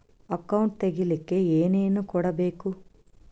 Account ತೆಗಿಲಿಕ್ಕೆ ಏನೇನು ಕೊಡಬೇಕು?